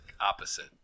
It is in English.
opposite